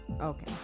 okay